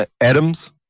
Adams